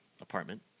apartment